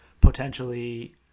potentially